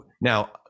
Now